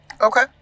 Okay